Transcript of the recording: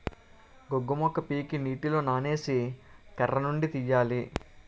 గోగు మొక్క పీకి నీటిలో నానేసి కర్రనుండి తీయాలి